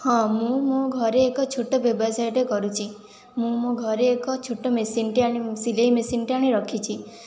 ହଁ ମୁଁ ମୋ ଘରେ ଏକ ଛୋଟ ବ୍ୟବସାୟ ଟିଏ କରିଛି ମୁଁ ମୋ ଘରେ ଏକ ଛୋଟ ମେସିନ ଟିଏ ଆଣି ସିଲେଇ ମେସିନ ଟିଏ ଆଣି ରଖିଛି